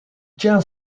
tient